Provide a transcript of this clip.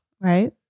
Right